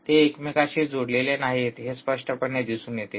ते एकमेकांशी जोडलेले नाहीत हे स्पष्टपणे दिसून येते